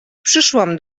przyszłam